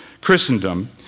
Christendom